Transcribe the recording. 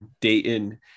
Dayton